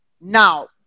now